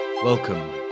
Welcome